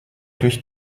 durch